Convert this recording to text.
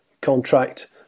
contract